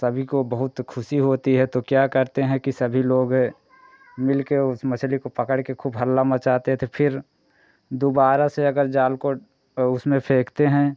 सभी को बहुत ख़ुशी होती है तो क्या करते हैं कि सभी लोग मिलकर उस मछली को पकड़कर खूब हल्ला मचाते थे फ़िर दोबारा से अगर जाल को उसमें फेंकते हैं